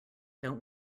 don’t